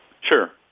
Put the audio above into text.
Sure